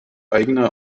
eigener